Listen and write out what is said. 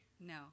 no